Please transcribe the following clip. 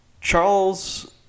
Charles